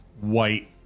white